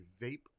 vape